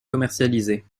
commercialisées